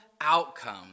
outcome